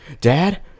dad